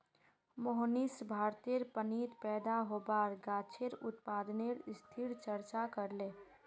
मोहनीश भारतेर पानीत पैदा होबार गाछेर उत्पादनेर स्थितिर चर्चा करले